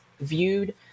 viewed